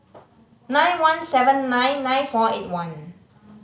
nine one seven nine nine four eight one